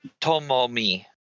Tomomi